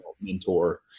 mentor